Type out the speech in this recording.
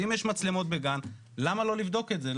ואם יש מצלמות בגן למה לא לבדוק את זה?